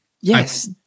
Yes